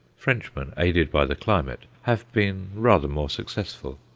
frenchmen, aided by the climate, have been rather more successful.